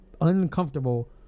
uncomfortable